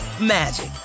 magic